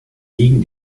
gegen